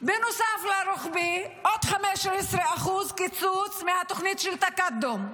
בנוסף לרוחבי, עוד 15% קיצוץ מהתוכנית של תקאדום.